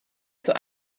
zur